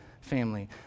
family